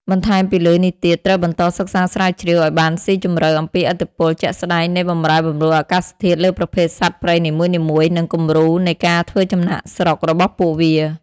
បន្ថែមពីលើនេះទៀត ត្រូវបន្តសិក្សាស្រាវជ្រាវអោយបានស៊ីជម្រៅអំពីឥទ្ធិពលជាក់ស្តែងនៃបម្រែបម្រួលអាកាសធាតុលើប្រភេទសត្វព្រៃនីមួយៗ និងគំរូនៃការធ្វើចំណាកស្រុករបស់ពួកវា។